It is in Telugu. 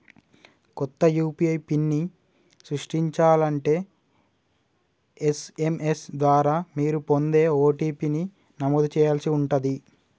కొత్త యూ.పీ.ఐ పిన్ని సృష్టించాలంటే ఎస్.ఎం.ఎస్ ద్వారా మీరు పొందే ఓ.టీ.పీ ని నమోదు చేయాల్సి ఉంటాది